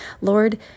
Lord